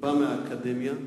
בא מהאקדמיה,